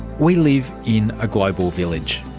we live in a global village.